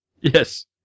Yes